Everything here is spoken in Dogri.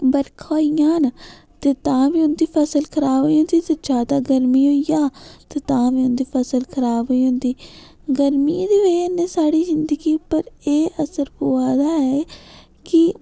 बरखा होई जान ते तां बी उंदी फसल खराब होई जन्दी ते ज्यादा गर्मी होई जा ते तां बी उं'दी फसल खराब होई जन्दी गर्मियें दी वजह कन्नै साढ़ी जिंदगियें उप्पर एह् असर पोआ दा ऐ कि